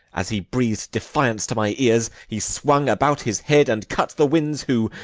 as he breath'd defiance to my ears, he swung about his head, and cut the winds, who,